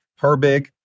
Herbig